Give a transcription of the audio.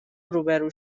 روبرو